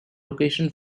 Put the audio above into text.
location